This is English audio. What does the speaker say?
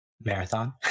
Marathon